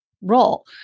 role